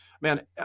man